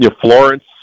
Florence